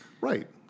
Right